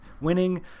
winning